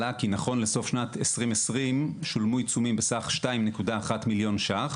עלה כי נכון לסוף שנת 2020 שולמו עיצומים בסך כ-2.1 מיליון ש"ח,